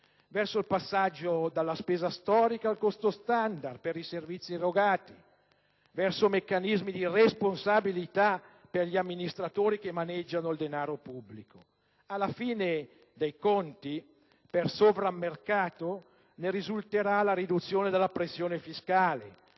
verso il passaggio dalla spesa storica al costo standard per i servizi erogati; verso meccanismi di responsabilità per gli amministratori che maneggiano il denaro pubblico. Alla fine dei conti, per sovrammercato, ne risulterà la riduzione della pressione fiscale,